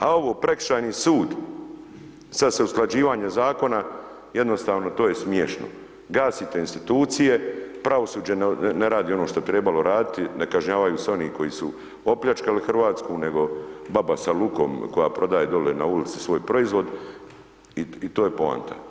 A ovo prekršajni sud, sad se usklađivanje Zakona, jednostavno to je smiješno, gasite institucije, pravosuđe ne radi ono što bi trebalo raditi, ne kažnjavaju se oni koji su opljačkali RH, nego baba sa lukom koja prodaje dole na ulici svoj proizvod i to je poanta.